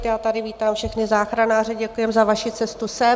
Já tady vítám všechny záchranáře , děkujeme za vaši cestu sem.